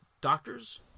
Doctors